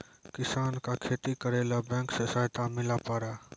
किसान का खेती करेला बैंक से सहायता मिला पारा?